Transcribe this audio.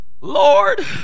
Lord